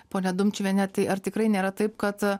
pone dumčiuviene tai ar tikrai nėra taip kad